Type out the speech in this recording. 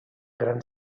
gran